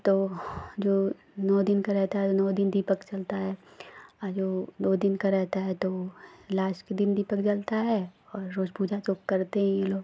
तो जो नौ दिन का रहता है नौ दिन दीपक जलता है और जो दो दिन का रहता है तो वह लास्ट के दिन दीपक जलता है और रोज पूजा तो करते ही हैं लोग